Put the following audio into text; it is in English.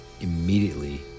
immediately